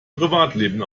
privatleben